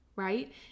right